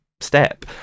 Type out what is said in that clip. step